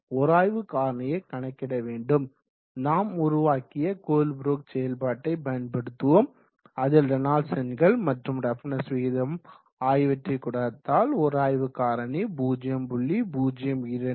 உராய்வு காரணியை கணக்கிட நாம் உருவாக்கிய கோல்ப்ரூக் செயல்பாட்டை பயன்படுத்துவோம் அதில் ரேனால்ட்ஸ் எண்கள் மற்றும் ரஃப்னஸ் விகிதம் ஆகியவற்றை கொடுத்தால் உராய்வு காரணி 0